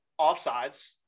offsides